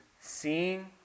Seeing